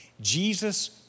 Jesus